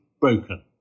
broken